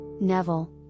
Neville